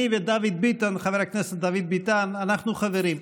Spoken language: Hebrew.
אני וחבר הכנסת דוד ביטן, אנחנו חברים.